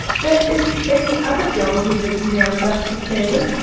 there isn't any other girl who lives near enough to play with,